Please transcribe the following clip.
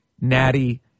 Natty